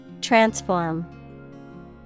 Transform